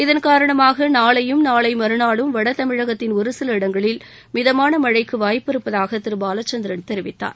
இதன் காரணமாக நாளையும் நாளை மறுநாளும் வட தமிழக்கத்தில் ஒரு சில இடங்களில் மிதமான மழைக்கு வாய்ப்பு இருப்பதாக திரு பாலச்சந்திரன் தெரிவித்தார்